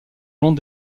long